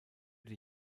die